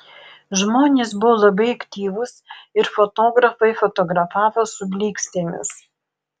žmonės buvo labai aktyvūs ir fotografai fotografavo su blykstėmis